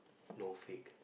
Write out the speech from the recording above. no fake